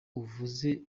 uvuze